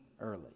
early